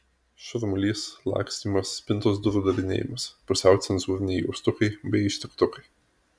šurmulys lakstymas spintos durų darinėjimas pusiau cenzūriniai jaustukai bei ištiktukai